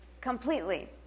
completely